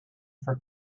for